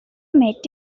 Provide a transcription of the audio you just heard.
met